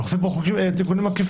ואנחנו עושים פה תיקונים עקיפים.